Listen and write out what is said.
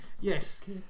Yes